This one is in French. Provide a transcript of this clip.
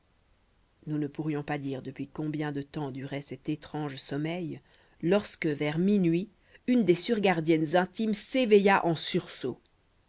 nous ne pourrions pas dire depuis combien de temps durait cet étrange sommeil lorsque vers minuit une des surgardiennes intimes s'éveilla en sursaut